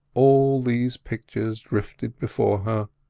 all these pictures drifted before her,